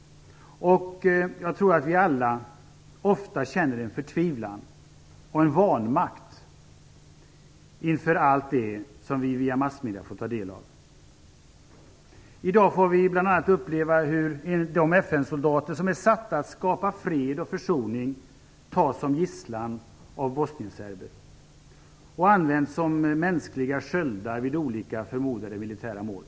Jag tror att vi alla ofta känner en förtvivlan och en vanmakt inför allt det som vi via massmedierna får ta del av. I dag får vi bl.a. uppleva hur de FN-soldater som är satta att skapa fred och försoning tas som gisslan av bosnienserber och används som mänskliga sköldar vid olika förmodade militära mål.